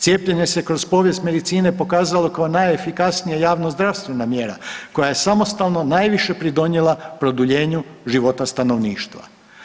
Cijepljenje se kroz povijest medicine pokazalo kao najefikasnija javnozdravstvena mjera, koja je samostalno najviše pridonijela produljenju života stanovništva.